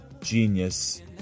genius